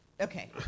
Okay